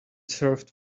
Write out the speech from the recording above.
served